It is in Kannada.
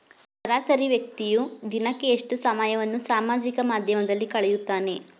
ಸರಾಸರಿ ವ್ಯಕ್ತಿಯು ದಿನಕ್ಕೆ ಎಷ್ಟು ಸಮಯವನ್ನು ಸಾಮಾಜಿಕ ಮಾಧ್ಯಮದಲ್ಲಿ ಕಳೆಯುತ್ತಾನೆ?